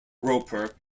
roper